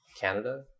Canada